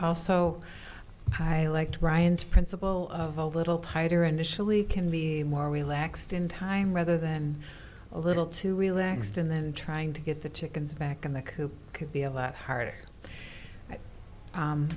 also i liked ryan's principle of a little tighter initially can be more relaxed in time rather than a little too relaxed and then trying to get the chickens back in the coop could be a lot harder